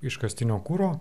iškastinio kuro